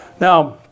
Now